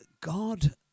God